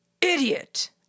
Idiot